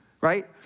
right